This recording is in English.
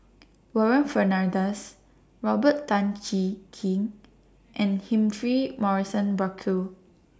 Warren Fernandez Robert Tan Jee Keng and Humphrey Morrison Burkill